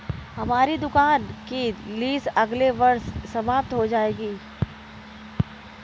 हमारी दुकान की लीस अगले वर्ष समाप्त हो जाएगी